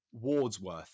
Wordsworth